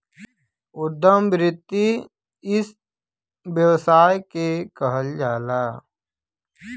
उद्यम वृत्ति इ व्यवसाय के कहल जाला